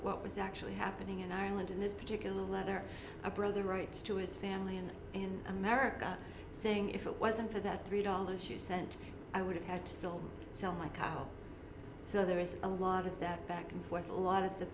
what was actually happening in ireland and this particular letter a brother writes to his family in an america saying if it wasn't for that three dollars you sent i would have had to still sell my car so there is a lot of that back and forth a lot of the